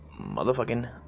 motherfucking